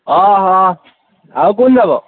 অঁ অঁ আৰু কোন যাব